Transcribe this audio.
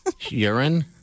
Urine